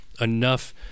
enough